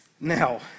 Now